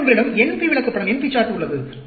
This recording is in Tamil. பின்னர் உங்களிடம் NP விளக்கப்படம் உள்ளது